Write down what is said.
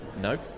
No